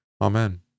Amen